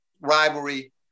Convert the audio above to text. rivalry